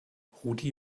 rudi